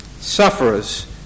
Sufferers